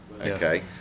Okay